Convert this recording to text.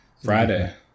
Friday